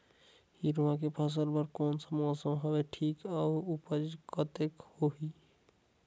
हिरवा के फसल बर कोन सा मौसम हवे ठीक हे अउर ऊपज कतेक होही?